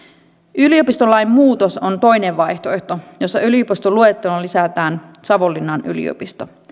yliopistolain muutos on toinen vaihtoehto jossa yliopistoluetteloon lisätään savonlinnan yliopisto